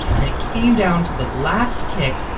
and it it came down to the last kick.